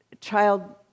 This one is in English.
child